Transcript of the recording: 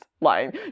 lying